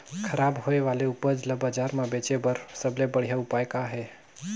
खराब होए वाले उपज ल बाजार म बेचे बर सबले बढ़िया उपाय का हे?